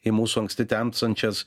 į mūsų anksti temstančias